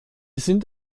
sind